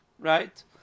Right